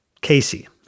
Casey